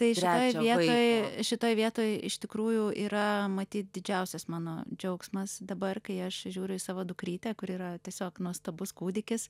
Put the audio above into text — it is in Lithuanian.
tai šitoj vietoj šitoj vietoj iš tikrųjų yra matyt didžiausias mano džiaugsmas dabar kai aš žiūriu į savo dukrytę kuri yra tiesiog nuostabus kūdikis